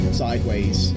sideways